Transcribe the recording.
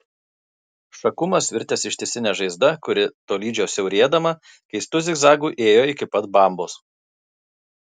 šakumas virtęs ištisine žaizda kuri tolydžio siaurėdama keistu zigzagu ėjo iki pat bambos